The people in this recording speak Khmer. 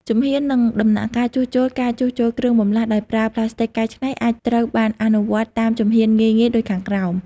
ជំហាន និងដំណាក់កាលជួសជុលការជួសជុលគ្រឿងបន្លាស់ដោយប្រើផ្លាស្ទិកកែច្នៃអាចត្រូវបានអនុវត្តតាមជំហានងាយៗដូចខាងក្រោម